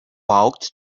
ought